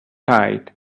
tight